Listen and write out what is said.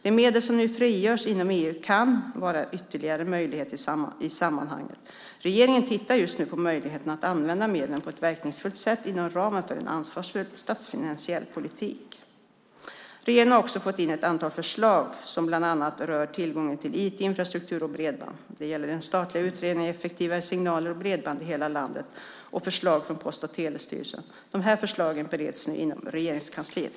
De medel som nu frigörs inom EU kan vara en ytterligare möjlighet i sammanhanget. Regeringen tittar just nu på möjligheterna att använda medlen på ett verkningsfullt sätt inom ramen för en ansvarsfull statsfinansiell politik. Regeringen har också fått in ett antal förslag som bland annat rör tillgången till IT-infrastruktur och bredband. Det gäller de statliga utredningarna Effektivare signaler och Bredband i hela landet och förslag från Post och telestyrelsen. Dessa förslag bereds nu inom Regeringskansliet.